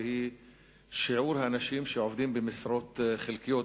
והיא שיעור האנשים שעובדים במשרות חלקיות,